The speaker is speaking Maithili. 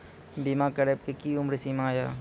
बीमा करबे के कि उम्र सीमा या?